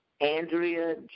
Andrea